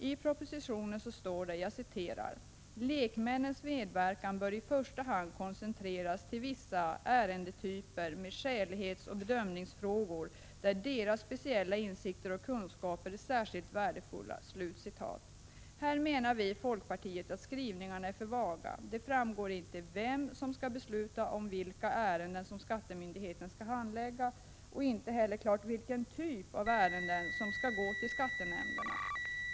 I propositionen står det: ”Lekmännens medverkan bör i första hand koncentreras till vissa ärendetyper med skälighetsoch bedömningsfrågor där deras speciella insikter och kunskaper är särskilt värdefulla.” Här menar vi i folkpartiet att skrivningarna är för vaga. Det framgår inte vem som skall besluta vilka ärenden som skattenämnden skall handlägga och inte heller klart vilken typ av ärenden som skall gå till skattenämnden.